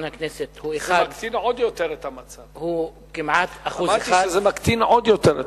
הכנסת הוא כמעט 1% זה מקצין עוד יותר את